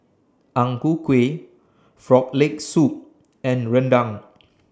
Ang Ku Kueh Frog Leg Soup and Rendang